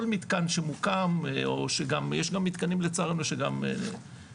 מתקן שמוקם או שיש גם מתקנים לצערנו שנהרסים.